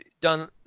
done